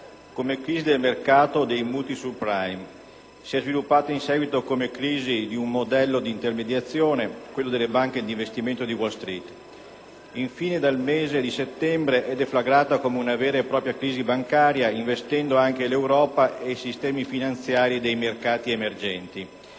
come crisi del mercato dei mutui *subprime*; si è sviluppata in seguito come crisi di un modello di intermediazione, quello delle banche di investimento di Wall Street; infine dal mese di settembre è deflagrata come una vera e propria crisi bancaria investendo anche l'Europa e i sistemi finanziari dei mercati emergenti.